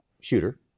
shooter